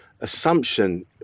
assumption